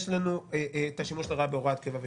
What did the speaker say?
יש לנו את השימוש לרעה בהוראת קבע ושעה,